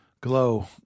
Glow